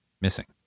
missing